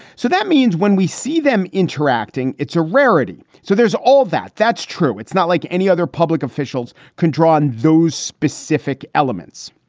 so that means when we see them interacting, it's a rarity. so there's all of that. that's true. it's not like any other public officials can draw on those specific elements.